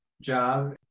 job